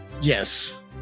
yes